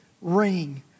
ring